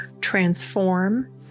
transform